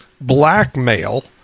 blackmail